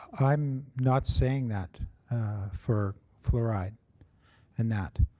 i'm not saying that for fluoride and that.